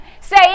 say